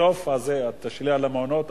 בסוף הזה, את תשאלי על המעונות.